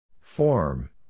Form